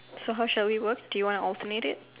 so how shall we work do you wanna alternate it